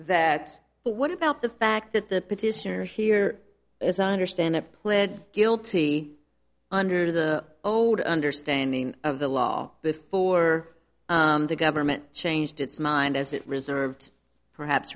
that but what about the fact that the petitioner here is understand it pled guilty under the old understanding of the law before the government changed its mind as it reserved perhaps